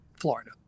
Florida